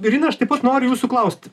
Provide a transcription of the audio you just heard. irina aš taip pat noriu jūsų klausti